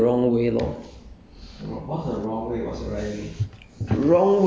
um then you won't you then you won't go the wrong way lor